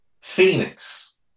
Phoenix